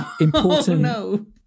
important